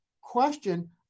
question